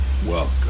Welcome